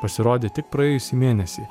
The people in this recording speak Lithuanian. pasirodė tik praėjusį mėnesį